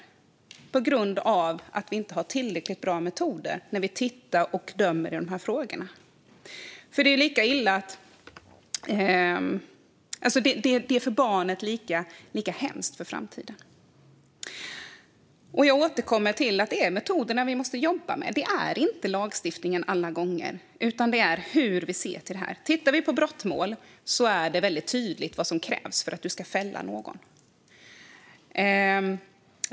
Det sker på grund av att det inte finns tillräckligt bra metoder när vi dömer i frågorna. Det är för barnet lika hemskt inför framtiden. Jag återkommer till att det är metoderna vi måste jobba med och inte alltid lagstiftningen. I fråga om brottmål är det tydligt vad som krävs för att fälla någon.